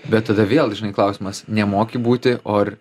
bet tada vėl žinai klausimas nemoki būti o ar